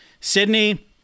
Sydney